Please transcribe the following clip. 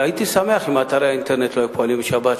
הייתי שמח אם אתרי האינטרנט לא היו פועלים בשבת.